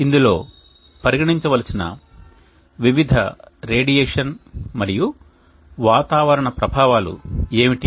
ఇందులో పరిగణించవలసిన వివిధ రేడియేషన్ మరియు వాతావరణ ప్రభావాలు ఏమిటి